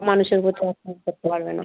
মানুষের করতে পারবে না